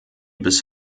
bis